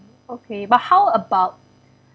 okay but how about